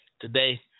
today